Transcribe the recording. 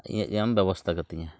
ᱤᱧᱟᱹᱜ ᱡᱮᱢ ᱵᱮᱵᱚᱥᱛᱟ ᱠᱟᱛᱤᱧᱟ